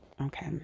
Okay